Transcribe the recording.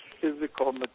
physical